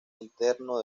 interno